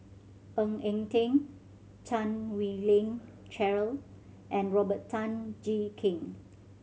Ng Eng Teng Chan Wei Ling Cheryl and Robert Tan Jee Keng